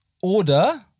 Oder